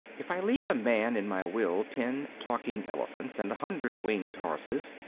if i leave a man in my will ten talking elephants and a hundred winged horses,